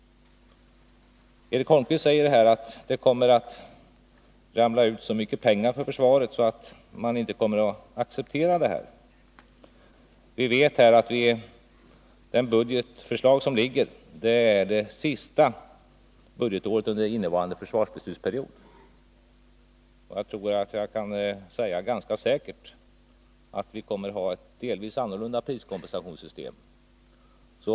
Eric Holmqvist säger att det kommer att anslås så mycket pengar för försvaret att utfallet inte kommer att accepteras. Vi vet att det budgetförslag som föreligger avser det sista budgetåret under innevarande försvarsbesluts period, och jag tror att jag kan säga ganska säkert att vi kommer att ha ett delvis annorlunda priskompensationssystem framöver.